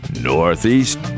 Northeast